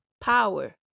power